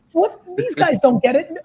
these guys don't get it.